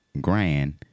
Grand